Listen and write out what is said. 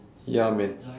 ya man